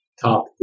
top